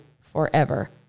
forever